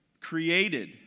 created